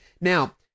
Now